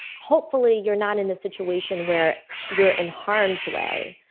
hopefully you're not in a situation where you're in harms way,